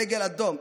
דגל אדום,